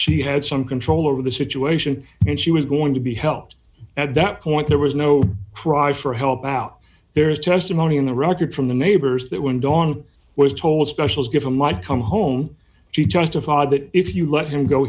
she had some control over the situation and she was going to be helped at that point there was no cries for help out there is testimony on the record from the neighbors that when dawn was told specials given might come home she testified that if you let him go